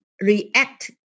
react